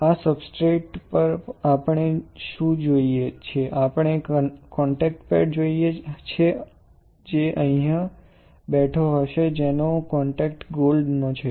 આ સબસ્ટ્રેટ પર આપણે શું જોઈએ છે આપણે કૉન્ટૅક્ટ પેડ જોઈએ છે જે અહીં બેઠો હશે જેનો કૉન્ટૅક્ટ ગોલ્ડ નો છે